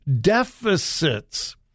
deficits